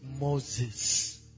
Moses